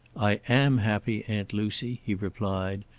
i am happy, aunt lucy, he replied,